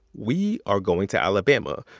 we are going to alabama.